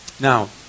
Now